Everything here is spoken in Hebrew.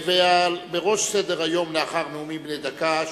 בראש סדר-היום לאחר נאומים בני דקה,